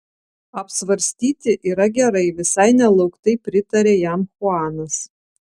apsvarstyti yra gerai visai nelauktai pritarė jam chuanas